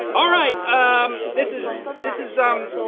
all right. um this is this is um.